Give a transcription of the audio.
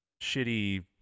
shitty